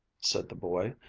said the boy,